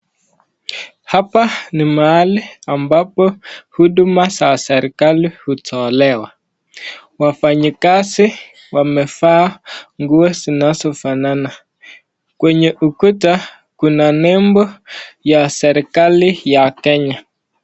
Hapa ni mahali ambapo huduma za za serikali hutolewa. Wafanyikazi wamevaa nguo zinazofanana. Kwenye ukuta kuna nembo ya serikali ya Kenya.